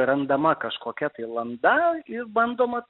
randama kažkokia tai landa ir bandoma